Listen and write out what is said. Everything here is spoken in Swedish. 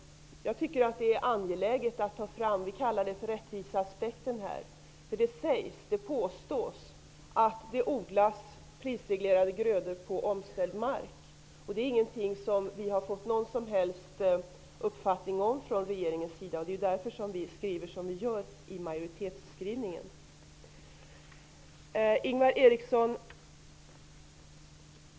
Jag tycker att det är angeläget att ta fram vad vi i texten kallar rättviseaspekten. Det påstås att det odlas prisreglerade grödor på omställd mark. Det är ingenting som vi har fått någon som helst uppfattning om från regeringens sida, och det är därför som vi skriver som vi gör i majoritetsskrivningen.